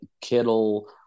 Kittle